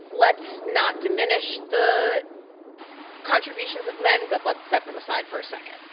let's not diminish the contributions of men, but let's set them aside for a second.